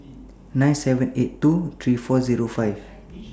nine seven eight two three four Zero five